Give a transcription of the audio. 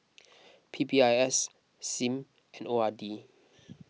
P P I S Sim and O R D